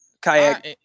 kayak